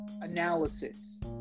analysis